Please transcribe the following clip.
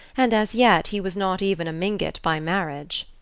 and as yet he was not even a mingott by marriage.